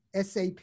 SAP